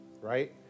right